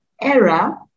era